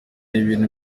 ibintu